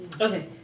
Okay